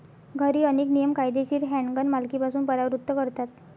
घरी, अनेक नियम कायदेशीर हँडगन मालकीपासून परावृत्त करतात